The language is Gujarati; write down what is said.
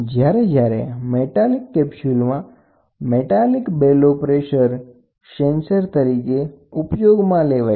જ્યારે મેટાલિક કેપ્સ્યુલમાં મેટાલિક બેલો પ્રેસર સેન્સર તરીકે ઉપયોગમાં લેવાય છે